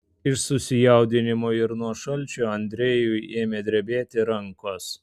iš susijaudinimo ir nuo šalčio andrejui ėmė drebėti rankos